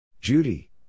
Judy